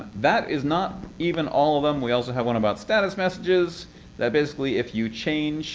that is not even all of them. we also have one about status messages that basically if you change